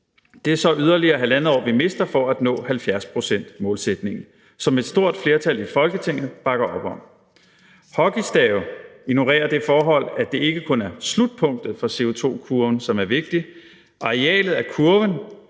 Det er så yderligere halvandet år, vi mister, i forhold til at nå 70-procentsmålsætningen, som et stort flertal i Folketinget bakker op om. Hockeystave ignorerer det forhold, at det ikke kun er slutpunktet for CO2-kurven, som er vigtigt. Arealet af kurven,